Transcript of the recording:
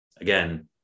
again